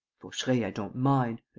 vaucheray i don't mind.